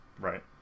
Right